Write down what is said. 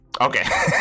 Okay